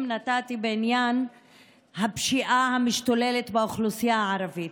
נתתי בעניין הפשיעה המשתוללת באוכלוסייה הערבית,